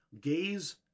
Gaze